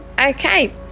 Okay